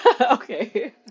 Okay